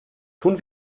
tun